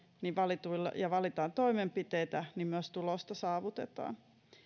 ja valitaan toimenpiteitä niin myös tulosta saavutetaan